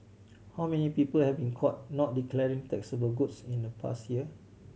how many people have been caught not declaring taxable goods in the past year